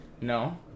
No